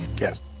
Yes